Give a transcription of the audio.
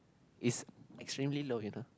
is extremely low you know